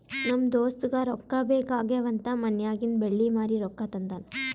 ನಮ್ ದೋಸ್ತಗ ರೊಕ್ಕಾ ಬೇಕ್ ಆಗ್ಯಾವ್ ಅಂತ್ ಮನ್ಯಾಗಿಂದ್ ಬೆಳ್ಳಿ ಮಾರಿ ರೊಕ್ಕಾ ತಂದಾನ್